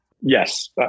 yes